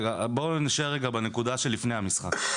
רגע, בוא נישאר רגע בנקודה שלפני המשחק.